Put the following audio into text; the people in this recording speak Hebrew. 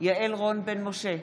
יעל רון בן משה,